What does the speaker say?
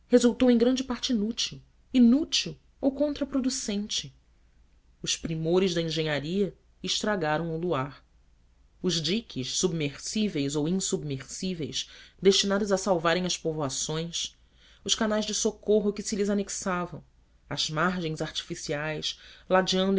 em grande parte inútil inútil ou contraproducente os primores da engenharia estragaram o loire os diques submersíveis ou insubmersíveis destinados a salvarem as povoações os canais de socorro que se lhes anexavam as margens artificiais